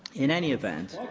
in any event,